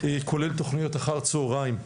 כולל תוכניות אחר-הצוהריים.